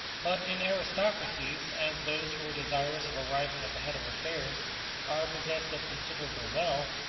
but in aristocracies, as those who are desirous of arriving at the head of affairs are possessed of considerable wealth,